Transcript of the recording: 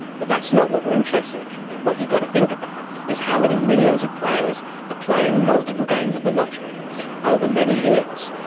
but that's not what we are interested in here, what you've got to think about is how many millions of players are ah playing multiple games of the lottery over many years.